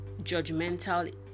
judgmental